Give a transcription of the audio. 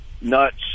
nuts